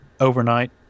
overnight